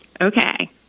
Okay